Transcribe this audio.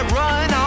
run